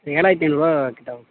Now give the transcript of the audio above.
ஏழாயிரத்தி ஐநூறுபாக்கிட்ட ஆகும்